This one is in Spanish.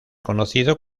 conocido